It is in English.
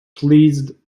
pleased